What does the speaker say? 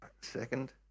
second